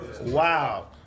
Wow